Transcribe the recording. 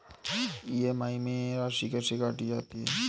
EMI में राशि कैसे काटी जाती है?